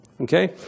Okay